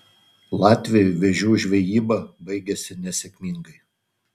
latviui vėžių žvejyba baigėsi nesėkmingai